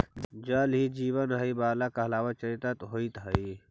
जल ही जीवन हई वाला कहावत चरितार्थ होइत हई